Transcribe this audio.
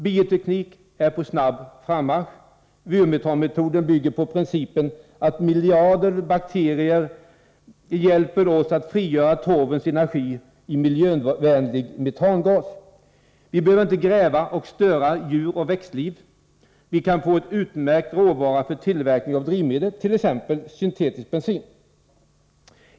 Biotekniken är på snabb frammarsch. Vyrmetanmetoden bygger på principen att miljarder bakterier hjälper oss att frigöra torvens energi i miljövänlig metangas. Vi behöver inte gräva och störa djuroch växtliv. Vi kan få en utmärkt råvara för tillverkning av drivmedel, t.ex. syntetisk bensin.